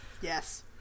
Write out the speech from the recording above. Yes